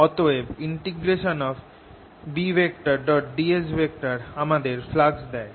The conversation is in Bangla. অতএব Bds আমাদের ফ্লাক্স দেয়